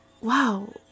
wow